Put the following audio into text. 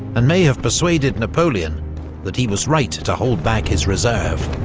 and may have persuaded napoleon that he was right to hold back his reserve.